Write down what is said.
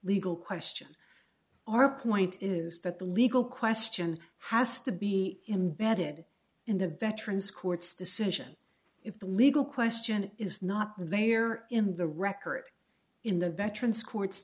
legal question our point is that the legal question has to be embedded in the veterans court's decision if the legal question is not they are in the record in the veterans court's